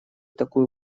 такую